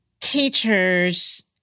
teachers